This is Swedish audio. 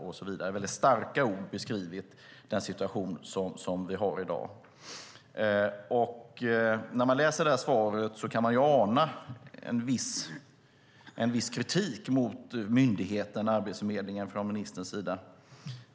Det är med väldigt starka ord som hon har beskrivit den situation som vi har i dag. När man läser svaret kan man ana en viss kritik mot myndigheten Arbetsförmedlingen från ministerns sida.